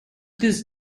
this